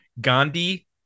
Gandhi